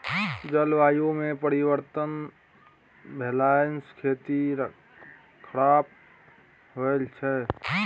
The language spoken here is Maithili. जलवायुमे परिवर्तन भेलासँ खेती खराप होए छै